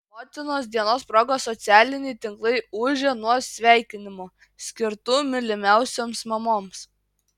motinos dienos proga socialiniai tinklai ūžė nuo sveikinimų skirtų mylimiausioms mamoms